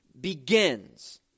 begins